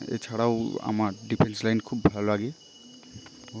এছাড়াও আমার defence line খুব ভালো লাগে